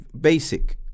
Basic